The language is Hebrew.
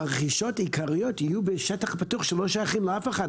הרכישות העיקריות יהיו בשטח פתוח שלא שייך לאף אחד.